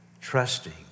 trusting